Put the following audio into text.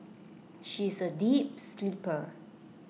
she is A deep sleeper